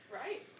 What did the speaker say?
Right